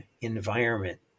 environment